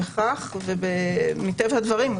ומטבע הדברים,